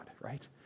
right